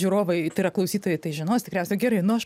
žiūrovaitai yra klausytojai tai žinos tikriausiai gerai nu aš